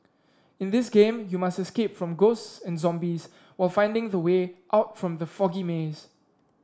in this game you must escape from ghosts and zombies while finding the way out from the foggy maze